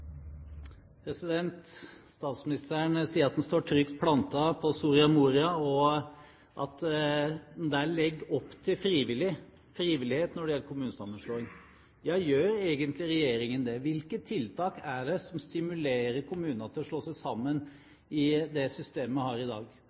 Statsministeren sier at han står trygt plantet på Soria Moria, og at de legger opp til frivillighet når det gjelder kommunesammenslåing. Ja, gjør egentlig regjeringen det? Hvilke tiltak er det som stimulerer kommunene til å slå seg sammen i det systemet vi har i dag?